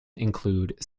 include